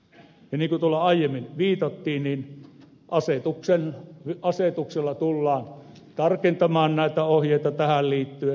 ja niin kuin tuolla aiemmin viitattiin asetuksella tullaan tarkentamaan näitä ohjeita tähän liittyen